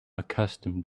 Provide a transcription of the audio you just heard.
accustomed